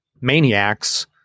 maniacs